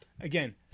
again